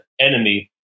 enemy